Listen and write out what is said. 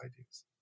ideas